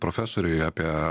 profesoriui apie